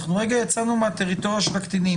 אני לרגע יצאנו מהטריטוריה של הקטינים.